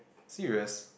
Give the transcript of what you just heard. serious